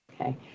Okay